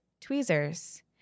tweezers